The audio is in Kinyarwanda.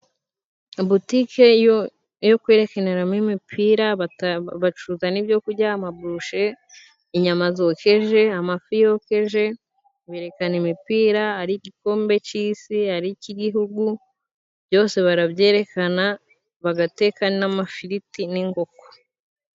Butike yo kwerekaniramo imipira bacuza n'ibyo kurya amaburushete, inyama zokeje, amafi yokeje. Berekana imipira ari igikombe c'isi, cy'ibihugu byose barabyerekana. Bagateka n'amafiriti n'ingoko.